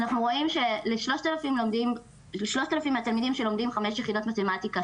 אנחנו רואים של-3,000 מהתלמידים שלומדים חמש יחידות מתמטיקה,